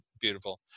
Beautiful